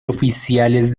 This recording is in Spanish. oficiales